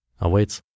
awaits